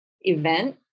event